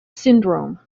syndrome